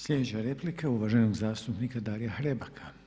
Sljedeća replika uvaženog zastupnika Darija Hrebaka.